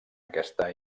aquesta